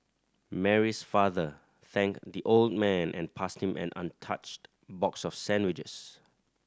Mary's father thanked the old man and passed him an untouched box of sandwiches